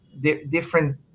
different